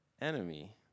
enemy